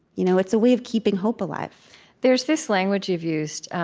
you know it's a way of keeping hope alive there's this language you've used